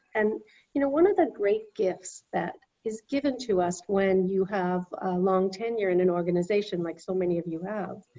and you know one of the great gifts that is given to us when you have a long tenure in an organization like so many of you have,